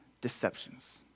deceptions